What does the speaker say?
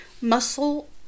Muscle